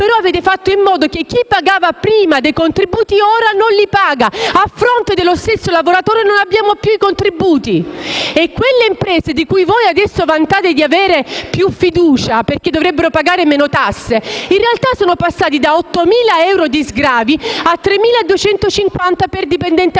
Ma avete fatto in modo che chi pagava prima dei contributi ora non li paga. A fronte dello stesso lavoratore non abbiamo più i contributi, e imprese, nei cui confronti adesso vantate di avere più fiducia perché dovrebbero pagare meno tasse, in realtà sono passate da 8.000 euro di sgravi a 3.250 per dipendente assunto.